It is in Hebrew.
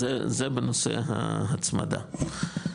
זה בנושא ההצמדה.